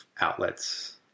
outlets